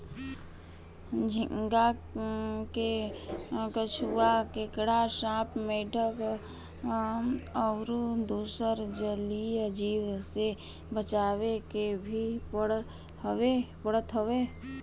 झींगा के कछुआ, केकड़ा, सांप, मेंढक अउरी दुसर जलीय जीव से बचावे के भी पड़त हवे